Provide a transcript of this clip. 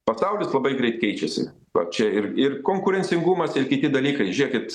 pasaulis labai greit keičiasi va čia ir ir konkurencingumas ir kiti dalykai žiūrėkit